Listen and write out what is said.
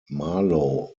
marlo